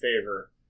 favor